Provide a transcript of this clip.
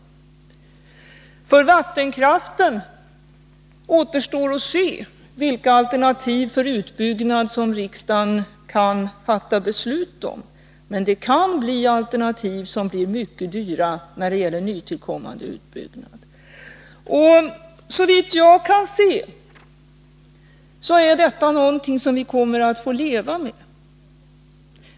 Beträffande vattenkraften återstår att se vilka alternativ för utbyggnad riksdagen kan fatta beslut om, men de alternativ som innefattar nytillkommande utbyggnad kan bli mycket dyra. Såvitt jag kan se är detta någonting som vi kommer att få leva med.